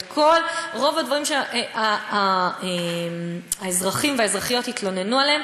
את כל רוב הדברים שהאזרחים והאזרחיות התלוננו עליהם,